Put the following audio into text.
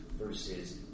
versus